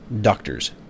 doctors